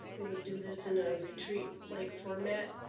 we would do this in a retreat-like like format.